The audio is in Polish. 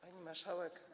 Pani Marszałek!